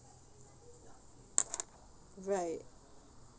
right